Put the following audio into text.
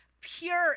pure